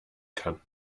kann